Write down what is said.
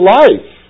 life